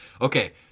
Okay